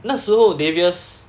那时候 darius